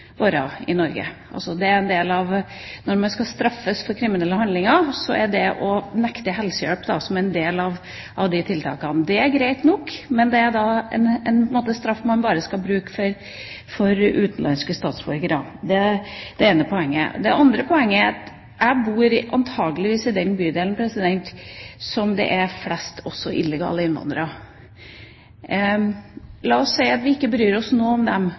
i Norge – når man skal straffes for kriminelle handlinger, er det å nekte helsehjelp en del av de tiltakene. Det er greit nok, men det er en straff man på en måte bare skal bruke overfor utenlandske statsborgere. Det er det ene poenget. Det andre poenget er følgende: Jeg bor i den bydelen der det er antakeligvis flest illegale innvandrere. La oss si at vi ikke bryr oss noe om dem.